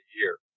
year